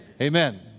Amen